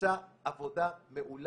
מעולם